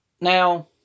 Now